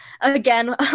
Again